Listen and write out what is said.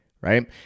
right